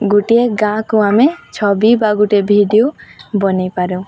ଗୋଟିଏ ଗାଁକୁ ଆମେ ଛବି ବା ଗୋଟେ ଭିଡ଼ିଓ ବନାଇପାରୁ